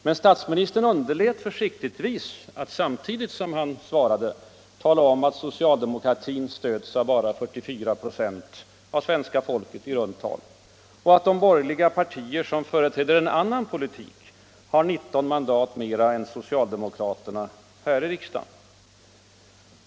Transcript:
Men statsministern underlät försiktigtvis att samtidigt som han svarade tala om att socialdemokratin stöds av i runt tal bara 44 96 av svenska folket och att de borgerliga partier som företräder en annan politik har 19 mandat mera än socialdemokraterna i riksdagen.